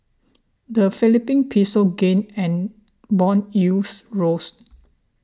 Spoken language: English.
the Philippine Peso gained and bond yields rose